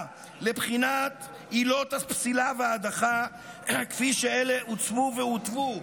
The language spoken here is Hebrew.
לבחינת עילות הפסילה וההדחה כפי שאלה עוצבו והותוו.